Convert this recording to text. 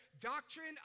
doctrine